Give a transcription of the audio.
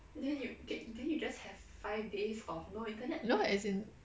no as in